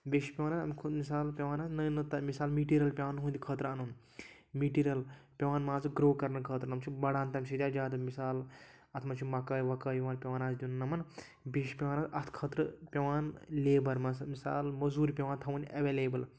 بیٚیہِ چھِ پؠوان اَمہِ مِثال نٔو نٔو مِثال مِٹیٖرِیَل پٮ۪وان یِہٕنٛدِ خٲطرٕ اَنُن مِٹیٖرِیَل پٮ۪وان مان ژٕ گرٛو کَرنہٕ خٲطرٕ یِم چھِ بَڑان تَمہِ سۭتۍ حظ زیادٕ مِثال اَتھ منٛز چھِ مَکٲے وَکٲے یِمَن پؠوان حظ دیُن یِمَن بیٚیہِ چھِ پٮ۪وان حظ اَتھ خٲطرٕ پٮ۪وان لیبَر مان ژٕ مِثال مٔزوٗرۍ پؠوان تھاوٕنۍ اٮ۪ویلیبٕل